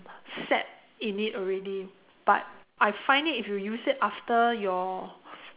set in it already but I find it if you use it after your